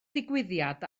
digwyddiad